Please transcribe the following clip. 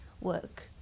work